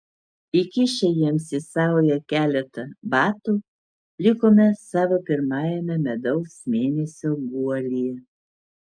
įkišę jiems į saują keletą batų likome savo pirmajame medaus mėnesio guolyje